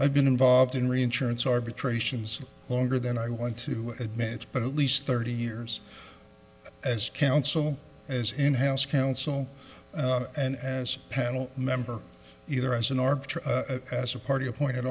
i've been involved in reinsurance arbitrations longer than i want to admit but at least thirty years as counsel as in house counsel and as a panel member either as an arbiter as a party appointed